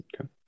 Okay